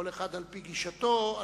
כל אחד על-פי גישתו.